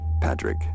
Patrick